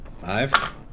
Five